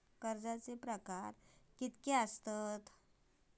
कर्जाचे प्रकार कीती असतत?